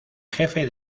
jefe